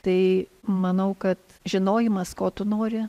tai manau kad žinojimas ko tu nori